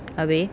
habis